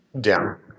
down